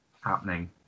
happening